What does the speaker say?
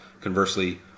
Conversely